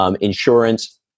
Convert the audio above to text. Insurance